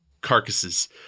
carcasses